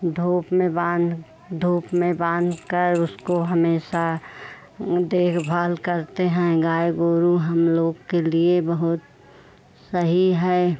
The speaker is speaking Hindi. धूप में बाँध धूप में बाँध कर उसको हमेशा देखभाल करते हैं गाय गोरू हम लोग के लिए बहुत सही है